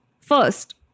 First